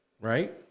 Right